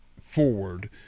forward